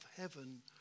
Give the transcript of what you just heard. heaven